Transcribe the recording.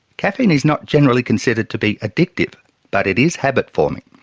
caffeine is not generally considered to be addictive but it is habit forming.